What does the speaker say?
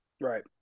right